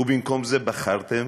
ובמקום זה בחרתם